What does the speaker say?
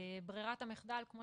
ברירת המחדל, כמו